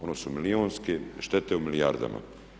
Ono su milijunske štete u milijardama.